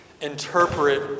Interpret